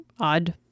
odd